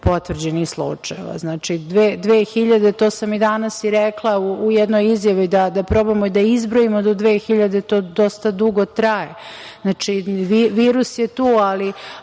potvrđenih slučajeva. Znači, to sam i danas rekla u jednoj izjavi, da probamo i da izbrojimo do 2.000, to dosta dugo traje. Virus je tu, ali